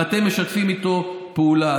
ואתם שמשתפים איתו פעולה.